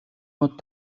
мод